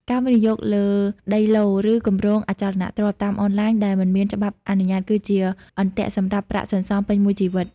ការវិនិយោគលើ "ដីឡូត៍" ឬ "គម្រោងអចលនទ្រព្យ" តាមអនឡាញដែលមិនមានច្បាប់អនុញ្ញាត គឺជាអន្ទាក់សម្រាប់ប្រាក់សន្សំពេញមួយជីវិត។